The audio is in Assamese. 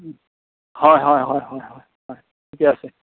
হয় হয় হয় হয় হয় হয় ঠিকে আছে